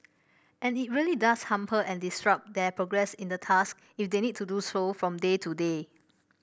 and it really does hamper and disrupt their progress in the task they need to do so from day to day